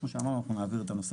כמו שאמרנו אנחנו נעביר את הנוסח.